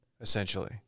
Essentially